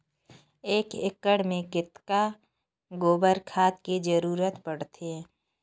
एक एकड़ मे कतका गोबर खाद के जरूरत पड़थे?